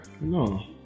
No